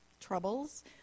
troubles